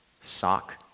sock